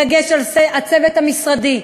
בדגש על הצוות המשפטי,